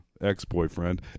ex-boyfriend